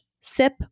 sip